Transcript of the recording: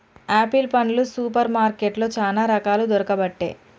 apple పండ్లు super మార్కెట్లో చానా రకాలు దొరుకబట్టె